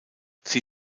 sie